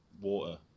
water